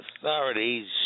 authorities